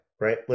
right